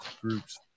groups